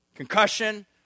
Concussion